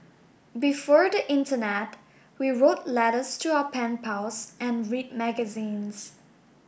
before the internet we wrote letters to our pen pals and read magazines